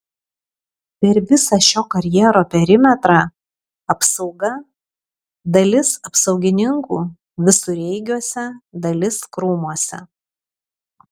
per visą šio karjero perimetrą apsauga dalis apsaugininkų visureigiuose dalis krūmuose